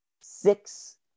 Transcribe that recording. six